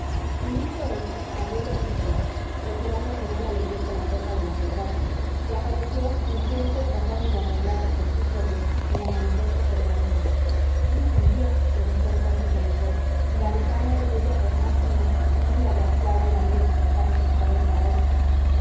necesita para algo y dicho esto abrió la epístola procurando que no la leyese la pepa de la posdata y apareció crujiente y tratando de arrollarse por sí propio el amarillento pergamino qué nos envía preguntó entonces la mujer gaditana y rubia por más señas y muy agraciada y valiente a pesar de sus cuarenta agostos